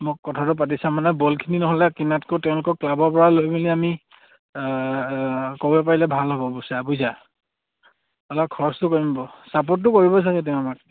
মোক কথাটো পাতি চাম মানে বলখিনি নহ'লে কিনাতকৈ তেওঁলোকক ক্লাবৰ পৰা লৈ মেলি আমি ক'ব পাৰিলে ভাল হ'ব বুইছা